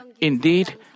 Indeed